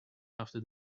after